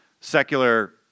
secular